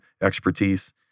expertise